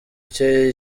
cye